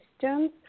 systems